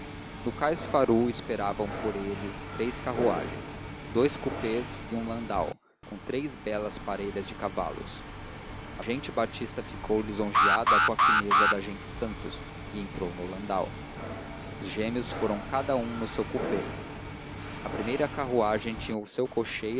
no cais pharoux esperavam por eles três carruagens dous coupés e um landau com três belas parelhas de cavalos a gente batista ficou lisonjeada com a fineza da gente santos e entrou no landau os gêmeos foram cada um no seu coupé a primeira carruagem tinha o seu